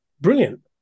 brilliant